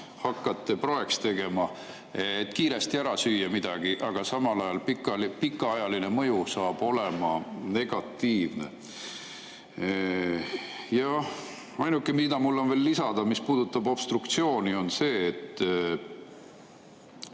hakkate praeks tegema, et kiiresti midagi ära süüa, aga samal ajal pikaajaline mõju saab olema negatiivne. Ainuke, mida mul on veel lisada, mis puudutab obstruktsiooni, on see, et